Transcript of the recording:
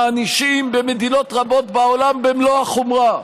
במדינות רבות בעולם מענישים במלוא החומרה.